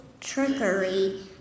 trickery